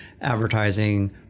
advertising